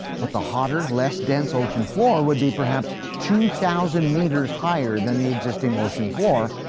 but the hotter, less dense ocean floor would be perhaps two thousand metres higher than the existing ocean floor,